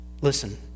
Listen